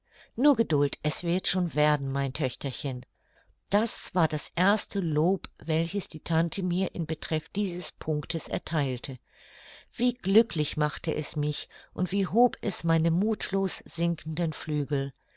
nur geduld es wird schon werden mein töchterchen das war das erste lob welches die tante mir in betreff dieses punktes ertheilte wie glücklich machte es mich und wie hob es meine muthlos sinkenden flügel